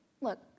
Look